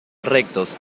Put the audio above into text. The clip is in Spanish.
rectos